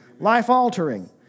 life-altering